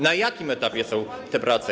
Na jakim etapie są te prace?